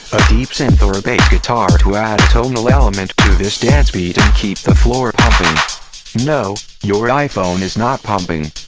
a deep synth or a bass guitar to add a tonal element to this dance beat and keep the floor pumping no. your iphone is not pumping.